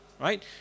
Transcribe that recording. Right